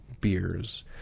beers